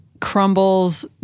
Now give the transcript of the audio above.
crumbles